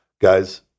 guys